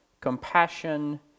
compassion